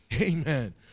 Amen